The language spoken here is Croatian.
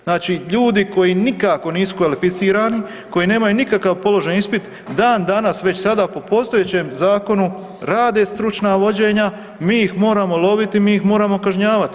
Znači ljudi koji nikako nisu kvalificirani, koji nemaju nikakav položeni ispit dan danas već sada po postojećem zakonu rade stručna vođenja, mi ih moramo loviti, mi ih moramo kažnjavati.